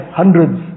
hundreds